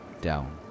down